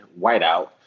whiteout